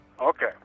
Okay